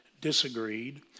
disagreed